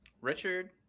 Richard